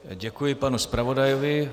Děkuji panu zpravodajovi.